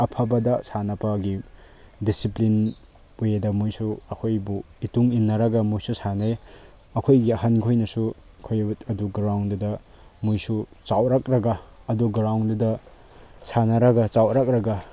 ꯑꯐꯕꯗ ꯁꯥꯟꯅꯕꯒꯤ ꯗꯤꯁꯤꯄ꯭ꯂꯤꯟ ꯄꯨꯏꯗ ꯃꯣꯏꯁꯨ ꯑꯩꯈꯣꯏꯕꯨ ꯏꯇꯨꯡ ꯏꯟꯅꯔꯒ ꯃꯣꯏꯁꯨ ꯁꯥꯟꯅꯩ ꯑꯩꯈꯣꯏꯒꯤ ꯑꯍꯟꯈꯣꯏꯅꯁꯨ ꯑꯩꯈꯣꯏꯕꯨ ꯑꯗꯨ ꯒ꯭ꯔꯥꯎꯟꯗꯨꯗ ꯃꯣꯏꯁꯨ ꯆꯥꯎꯔꯛꯂꯒ ꯑꯗꯨ ꯒ꯭ꯔꯥꯎꯟꯗꯨꯗ ꯁꯥꯟꯅꯔꯒ ꯆꯥꯎꯔꯛꯂꯒ